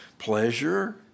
Pleasure